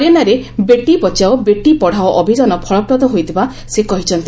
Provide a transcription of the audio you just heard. ହରିଆଣାରେ ବେଟି ବଚାଓ ବେଟି ପଢ଼ାଓ ଅଭିଯାନ ଫଳପ୍ରଦ ହୋଇଥିବା କହିଥିଲେ